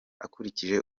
akurikije